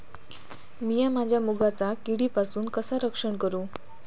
मीया माझ्या मुगाचा किडीपासून कसा रक्षण करू?